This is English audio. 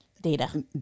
Data